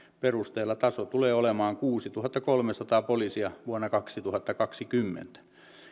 perusteella taso tulee olemaan kuusituhattakolmesataa poliisia vuonna kaksituhattakaksikymmentä